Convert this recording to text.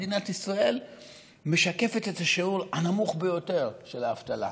מדינת ישראל משקפת את השיעור הנמוך ביותר של האבטלה.